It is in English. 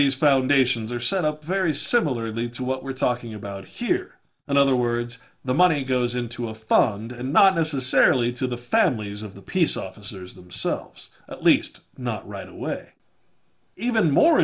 these foundations are set up very similarly so what we're talking about here in other words the money goes into a fund not necessarily to the families of the peace officers themselves at least not right away even more